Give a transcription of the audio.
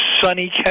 sunny